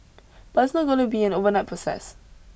but it's not going to be an overnight process